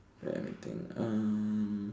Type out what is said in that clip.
ya meeting um